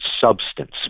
substance